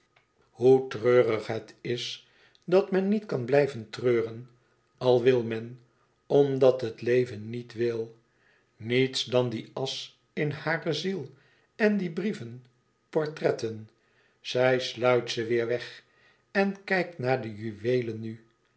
hoe treurig het is dat men niet kan blijven treuren al wil men omdat het leven niet wil niets dan die asch in hare ziel en die brieven portretten zij sluit ze weêr weg en kijkt naar de juweelen nu